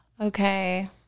Okay